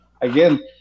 Again